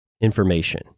information